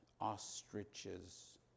ostriches